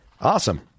Awesome